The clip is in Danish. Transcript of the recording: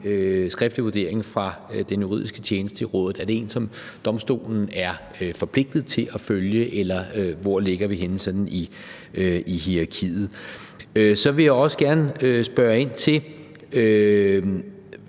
skriftlig vurdering fra den juridiske tjeneste i Rådet har? Er det en, som Domstolen er forpligtet til at følge, eller hvor ligger vi henne sådan i hierakiet? Så vil jeg også gerne sige, at vi